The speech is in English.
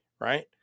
Right